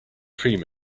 cream